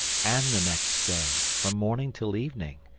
and the next day, from morning till evening,